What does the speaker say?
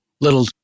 little